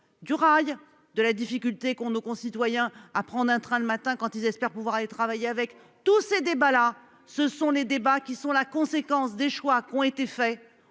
du rail de la difficulté qu'ont nos concitoyens à prendre un train le matin quand ils espèrent pouvoir aller travailler avec tous ces débats-là, ce sont les débats qui sont la conséquences des choix qui ont été faits